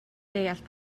deall